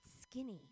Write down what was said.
skinny